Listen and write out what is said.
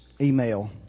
email